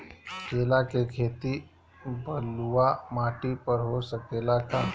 केला के खेती बलुआ माटी पर हो सकेला का?